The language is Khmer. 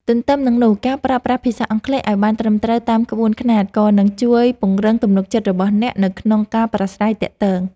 ទន្ទឹមនឹងនោះការប្រើប្រាស់ភាសាអង់គ្លេសឱ្យបានត្រឹមត្រូវតាមក្បួនខ្នាតក៏នឹងជួយពង្រឹងទំនុកចិត្តរបស់អ្នកនៅក្នុងការប្រាស្រ័យទាក់ទង។